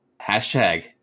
hashtag